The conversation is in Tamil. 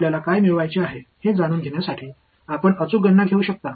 பெற வேண்டியதை அறிய நீங்கள் சரியான கணக்கீட்டை எடுக்கலாம்